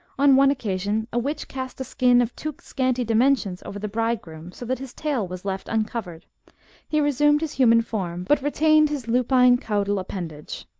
on one occasion, a witch cast a skin of too scanty dimensions over the bride groom, so that his tail was left uncovered he resumed his human form, but retained his lupine caudal appendage.